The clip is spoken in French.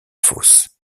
fosse